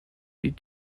die